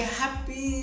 happy